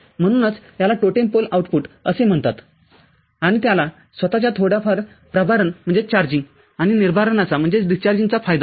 म्हणूनच याला totem pole output असे म्हणतात आणि त्याला स्वतःच्या थोडेफार प्रभारण आणि निर्भारनाचा फायदा आहे